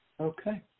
Okay